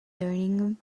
learning